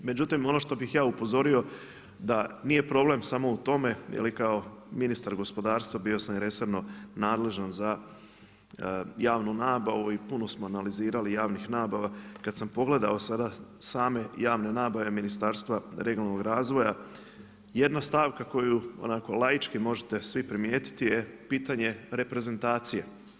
Međutim, ono što bih ja upozorio, da nije problem samo u tome, jer i kao ministar gospodarstva bio sam i resorno nadležan za javnu nabavu i puno smo analizirali javnih nabava, kada sam pogledao sada samo javne nabave Ministarstva regionalnog razvoja, jedna stavka koju onako laički možete svi primijetiti je pitanje reprezentacije.